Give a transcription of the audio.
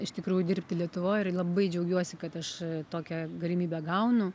iš tikrųjų dirbti lietuvoj ir labai džiaugiuosi kad aš tokią galimybę gaunu